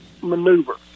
maneuver